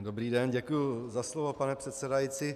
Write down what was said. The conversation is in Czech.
Dobrý den, děkuji za slovo, pane předsedající.